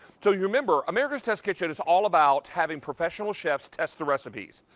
so yeah remember, america's test kitchen is all about having professional chefs test the recipes.